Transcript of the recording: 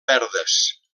verdes